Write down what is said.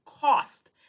cost